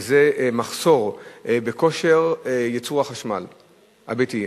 שזה מחסור בכושר ייצור החשמל הביתי.